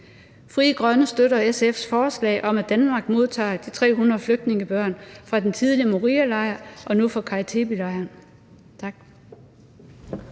Frie Grønne støtter SF's forslag om, at Danmark modtager de 300 flygtningebørn fra den tidligere Morialejr og nu fra Kara Tepe-lejren.